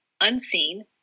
unseen